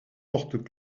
portent